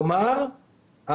כלומר,